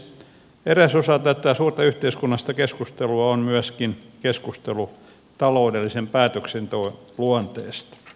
eräs osa tätä suurta yhteiskunnallista keskustelua on myöskin keskustelu taloudellisen päätöksenteon luonteesta